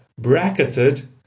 bracketed